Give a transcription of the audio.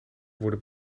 worden